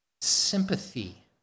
sympathy